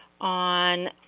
on